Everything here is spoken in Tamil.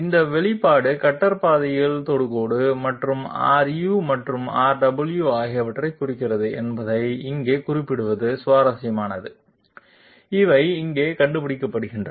இந்த வெளிப்பாடு கட்டர் பாதையில் தொடுகோடு மற்றும் Ru மற்றும் Rw ஆகியவற்றைக் குறிக்கிறது என்பதை இங்கே குறிப்பிடுவது சுவாரஸ்யமானது அவை இங்கே கண்டுபிடிக்கின்றன